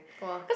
!wah!